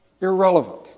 irrelevant